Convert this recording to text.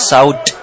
South